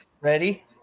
Ready